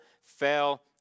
fell